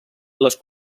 les